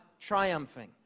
triumphing